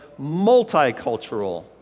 multicultural